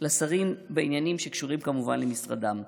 לשרים בעניינים שקשורים כמובן למשרדם.